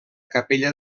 capella